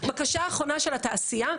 בקשה אחרונה של התעשייה,